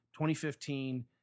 2015